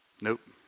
Nope